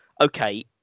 okay